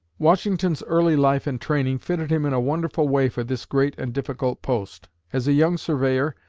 washington's early life and training fitted him in a wonderful way for this great and difficult post. as a young surveyor,